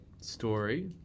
story